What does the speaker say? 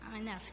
enough